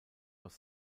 aus